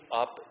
up